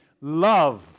love